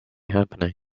happening